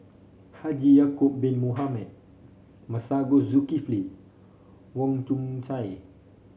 Haji Ya'acob Bin Mohamed Masago Zulkifli Wong Chong Sai